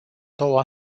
două